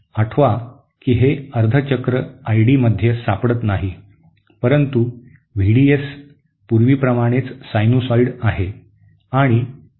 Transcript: आठवा की हे अर्ध चक्र आय डी मध्ये सापडत नाही परंतु व्ही डी एस पूर्वीप्रमाणेच सायनुसायड आहे